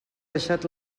deixat